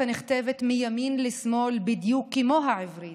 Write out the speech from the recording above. הנכתבת מימין לשמאל בדיוק כמו העברית,